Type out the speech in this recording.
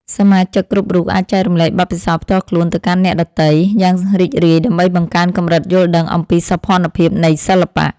សមាជិកគ្រប់រូបអាចចែករំលែកបទពិសោធន៍ផ្ទាល់ខ្លួនទៅកាន់អ្នកដទៃយ៉ាងរីករាយដើម្បីបង្កើនកម្រិតយល់ដឹងអំពីសោភ័ណភាពនៃសិល្បៈ។